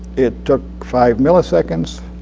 it took five milliseconds.